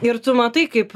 ir tu matai kaip